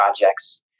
projects